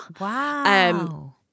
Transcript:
Wow